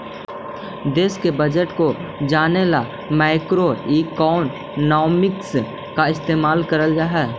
देश के बजट को जने ला मैक्रोइकॉनॉमिक्स का इस्तेमाल करल हई